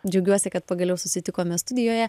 džiaugiuosi kad pagaliau susitikome studijoje